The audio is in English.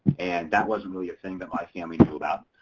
and that wasn't really a thing that my family knew about.